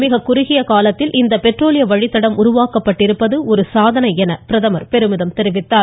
மிகக்குறுகிய காலத்தில் இந்த பெட்ரோலிய வழித்தடம் உருவாக்கப்பட்டிருப்பது ஒரு சாதனை என பிரதமர் பெருமிதம் தெரிவித்தார்